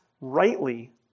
rightly